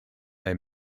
they